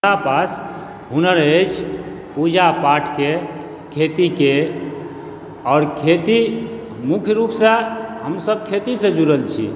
हमरा पास हुनर अछि पूजापाठ के खेतीके आओर खेती मुख्य रूपसँ हमसभ खेतीसँ जुड़ल छी